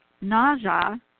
nausea